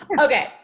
okay